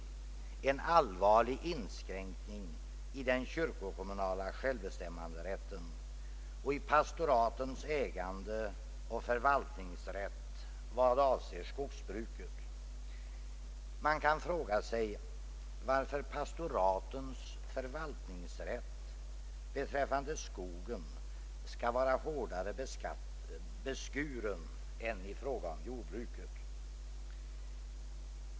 förvaltning av kyrklig jord, m.m. en allvarlig inskränkning i den kyrkokommunala självbestämmanderätten och i pastoratens ägandeoch förvaltningsrätt vad avser skogsbruket. Man kan fråga sig varför pastoratens förvaltningsrätt beträffande skogen skall vara hårdare beskuren än deras rätt i fråga om jordbruket.